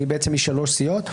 בעצם משלוש סיעות.